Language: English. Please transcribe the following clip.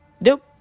Nope